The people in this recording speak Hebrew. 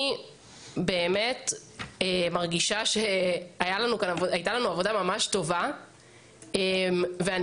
אני מרגישה שהייתה לנו עבודה ממש טובה ואני